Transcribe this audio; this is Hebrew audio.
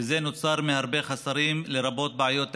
וזה נוצר מהרבה חוסרים, לרבות בעיות תקציביות,